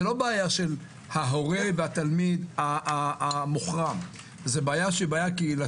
זה לא הבעיה של ההורה והתלמיד המוחרם אלא זו בעיה קהילתית.